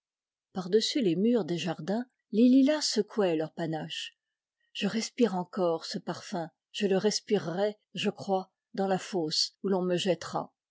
par-dessus les murs des jardins les lilas secouaient leurs panaches je respire encore ce parfum je le respirerai je crois dans la fosse où l'on me jettera